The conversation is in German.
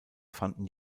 fanden